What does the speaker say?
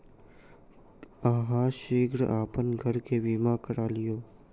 अहाँ शीघ्र अपन घर के बीमा करा लिअ